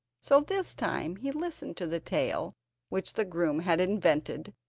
so this time he listened to the tale which the groom had invented,